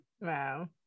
Wow